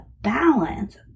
balance